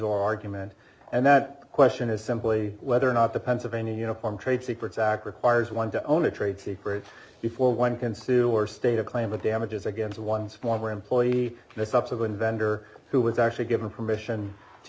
argument and that question is simply whether or not the pennsylvania uniform trade secrets act requires one to own a trade secret before one can sue or state a claim of damages against one's former employee the subsequent vendor who was actually given permission to